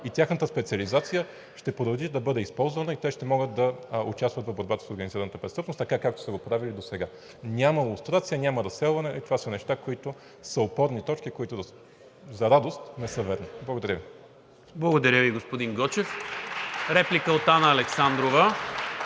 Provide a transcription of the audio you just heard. и тяхната специализация ще продължи да бъде използвана. Те ще могат да участват в борбата с организираната престъпност така, както са го правили досега. Няма лустрация, няма разселване и това са неща, които са опорни точки, които за радост не са верни. Благодаря Ви. ПРЕДСЕДАТЕЛ НИКОЛА МИНЧЕВ: Благодаря Ви, господин Гочев. Реплика от Анна Александрова.